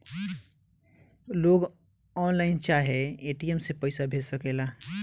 लोग ऑनलाइन चाहे ए.टी.एम से पईसा भेज सकेला